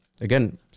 again